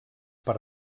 per